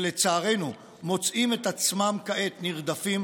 שלצערנו מוצאים את עצמם כעת נרדפים